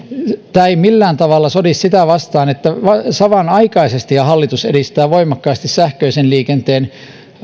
tämä ei millään tavalla sodi sitä vastaan että samanaikaisesti hallitus edistää voimakkaasti sähköisen liikenteen